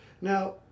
Now